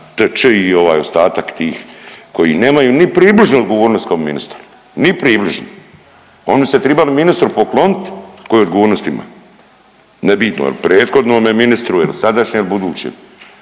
TĆ i ovaj ostatak tih koji nemaju ni približnu odgovornost kao ministar, ni približno, oni bi se trebali ministru pokloniti, koju odgovornost ima. Nebitno je li prethodnome ministru, je li sadašnjem ili budućem.